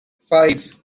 five